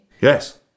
Yes